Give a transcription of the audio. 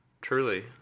Truly